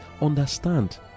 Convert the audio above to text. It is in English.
understand